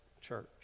church